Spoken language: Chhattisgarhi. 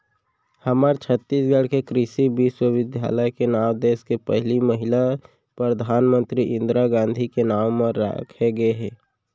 हमर छत्तीसगढ़ के कृषि बिस्वबिद्यालय के नांव देस के पहिली महिला परधानमंतरी इंदिरा गांधी के नांव म राखे गे हे